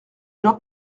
jean